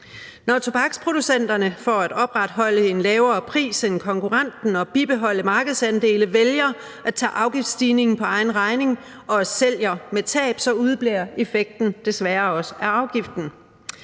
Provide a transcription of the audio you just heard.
Når tobaksproducenterne for at opretholde en lavere pris end konkurrenten og bibeholde markedsandele vælger at tage afgiftsstigningen på egen regning og sælger med tab, udebliver effekten desværre også af afgiften.